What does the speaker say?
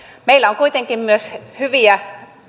meillä on kuitenkin myös hyviä